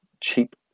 cheap